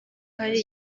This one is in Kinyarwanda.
hari